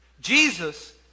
Jesus